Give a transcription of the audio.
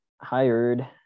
hired